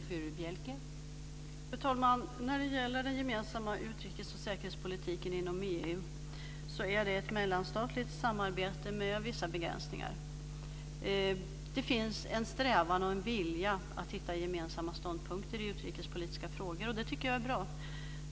Fru talman! Den gemensamma utrikes och säkerhetspolitiken inom EU är ett mellanstatligt samarbete med vissa begränsningar. Det finns en vilja och en strävan att hitta gemensamma ståndpunkter i utrikespolitiska frågor, och det tycker jag är bra.